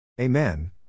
Amen